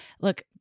look